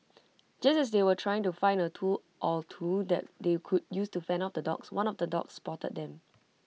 just as they were trying to find A tool or two that they could use to fend off the dogs one of the dogs spotted them